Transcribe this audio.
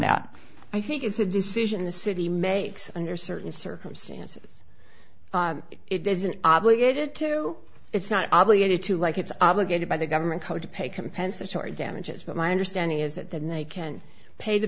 that i think it's a decision the city may under certain circumstances it isn't obligated to it's not obligated to like it's obligated by the government code to pay compensatory damages but my understanding is that then they can pay the